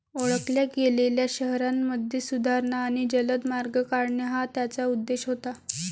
ओळखल्या गेलेल्या शहरांमध्ये सुधारणा आणि जलद मार्ग काढणे हा त्याचा उद्देश होता